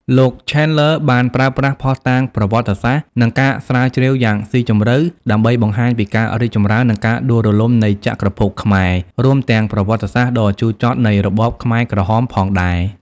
លោក Chandler បានប្រើប្រាស់ភស្តុតាងប្រវត្តិសាស្ត្រ និងការស្រាវជ្រាវយ៉ាងស៊ីជម្រៅដើម្បីបង្ហាញពីការរីកចម្រើន និងការដួលរលំនៃចក្រភពខ្មែរ រួមទាំងប្រវត្តិសាស្ត្រដ៏ជូរចត់នៃរបបខ្មែរក្រហមផងដែរ។